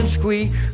squeak